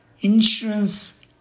Insurance